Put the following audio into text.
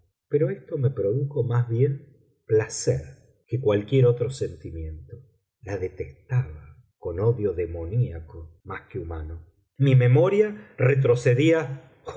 pero esto me produjo más bien placer que cualquier otro sentimiento la detestaba con odio demoniaco más que humano mi memoria retrocedía